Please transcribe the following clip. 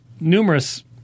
numerous